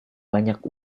banyak